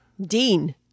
Dean